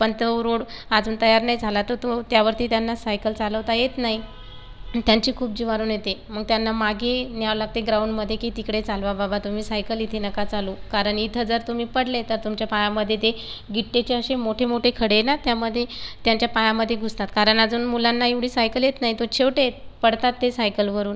पण तो रोड अजून तयार नाही झाला तर तो त्यावरती त्यांना सायकल चालवता येत नाही त्यांची खूप जीवारून येते मग त्यांना मागे न्यावं लागते ग्राउंडमध्ये की तिकडे चालवा बाबा तुम्ही सायकल इथे नका चालवू कारण इथं जर तुम्ही पडले तर तुमच्या पायामध्ये ते गिट्टेचे असे मोठेमोठे खडे ना त्यामध्ये त्यांच्या पायामध्ये घुसतात कारण अजून मुलांना एवढी सायकल येत नाही तो छोटे पडतात ते सायकलवरून